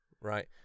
Right